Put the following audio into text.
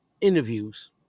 interviews